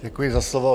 Děkuji za slovo.